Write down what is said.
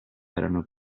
erano